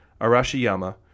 Arashiyama